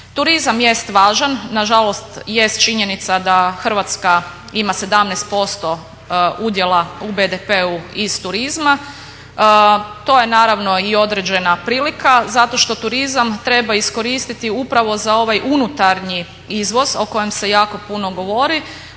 Turizam jest važan, nažalost jest činjenica da Hrvatska ima 17% udjela u BDP-u iz turizma. To je naravno i određena prilika zato što turizam treba iskoristiti upravo za ovaj unutarnji izvoz o kojem se jako puno govori,